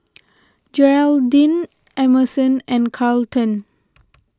Geraldine Emerson and Carleton